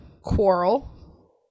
quarrel